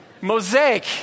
Mosaic